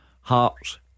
Hearts